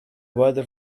weather